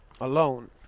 alone